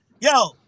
yo